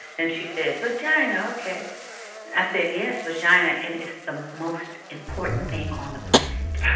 and she said, vagina, ok. and i said, yes, vagina, and it's the most important thing on the planet